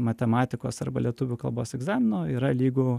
matematikos arba lietuvių kalbos egzamino yra lygu